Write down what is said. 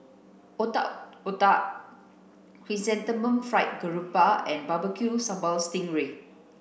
otak otak chrysanthemum fried grouper and barbecu sambal sting ray